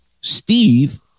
Steve